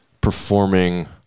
performing